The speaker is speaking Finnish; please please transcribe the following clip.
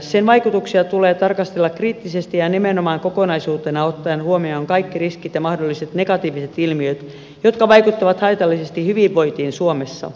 sen vaikutuksia tulee tarkastella kriittisesti ja nimenomaan kokonaisuutena ottaen huomioon kaikki riskit ja mahdolliset negatiiviset ilmiöt jotka vaikuttavat haitallisesti hyvinvointiin suomessa